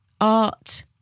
art